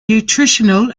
nutritional